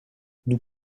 nous